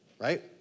right